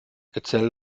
erzähl